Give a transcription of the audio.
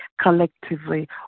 collectively